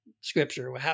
scripture